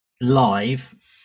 live